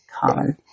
common